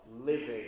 living